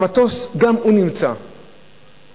במטוס גם הוא נמצא אתך.